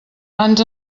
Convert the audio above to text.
ans